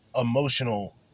emotional